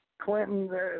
Clinton